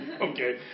Okay